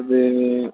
இது